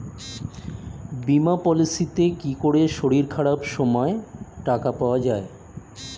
বীমা পলিসিতে কি করে শরীর খারাপ সময় টাকা পাওয়া যায়?